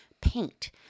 paint